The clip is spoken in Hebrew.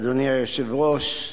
אדוני היושב-ראש,